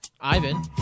Ivan